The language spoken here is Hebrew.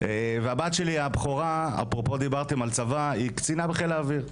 והבת הבכורה שלי אפרופו צבא היא קצינה בחיל האוויר,